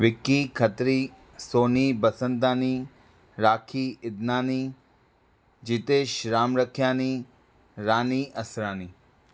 Vicky Khatri Soni Basandani Rakhi Idnani Jitesh Ramrakhyani Rani Asrani